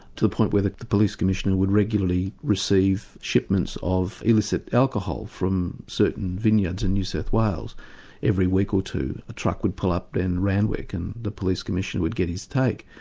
to the point where the the police commissioner would regularly receive shipments of elicit alcohol from certain vineyards in new south wales every week or two a truck would pull up but in randwick and the police commissioner would get his take.